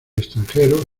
extranjero